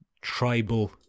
tribal